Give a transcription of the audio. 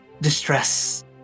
distress